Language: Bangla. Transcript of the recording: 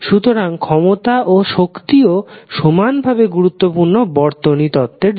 সুতরাং ক্ষমতা ও শক্তিও সমান ভাবে গুরুত্বপূর্ণ বর্তনী তত্ত্বের জন্য